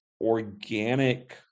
organic